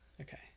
okay